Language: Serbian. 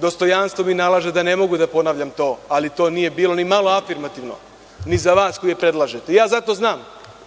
Dostojanstvo mi nalaže da ne mogu da ponavljam to, ali to nije bilo nimalo afirmativno ni za vas koji je predlažete. Zato znam